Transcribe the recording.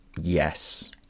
yes